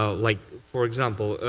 ah like, for example,